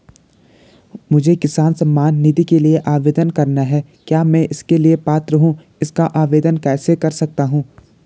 मुझे किसान सम्मान निधि के लिए आवेदन करना है क्या मैं इसके लिए पात्र हूँ इसका आवेदन कैसे कर सकता हूँ?